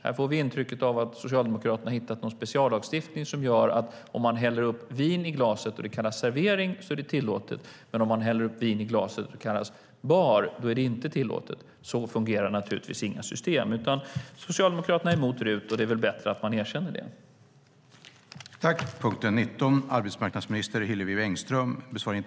Här får vi intrycket att Socialdemokraterna hittat någon speciallagstiftning som gör att om man häller upp vin i glaset och det kallas servering är det tillåtet, men om man häller upp vin i glaset och kallar det för barservering är det inte tillåtet. Så fungerar naturligtvis inga system. Socialdemokraterna är emot RUT, och det är väl lika bra att erkänna det.